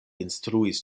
instruis